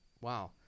wow